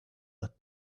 let